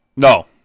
No